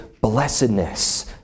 blessedness